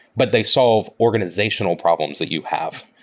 but they solve organizational problems that you have.